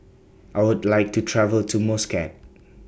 I Would like to travel to Muscat